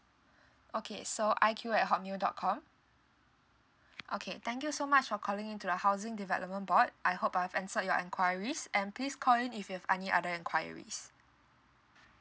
okay so I_Q at hotmail dot com okay thank you so much for calling in to the housing development board I hope I've answered your enquiries and please call in if you have any other enquiries